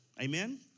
Amen